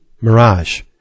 mirage